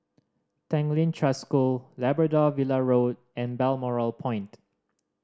Tanglin Trust School Labrador Villa Road and Balmoral Point